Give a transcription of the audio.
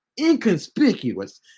Inconspicuous